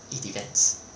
it depends